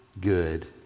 Good